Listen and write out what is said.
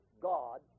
God